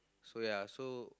so ya so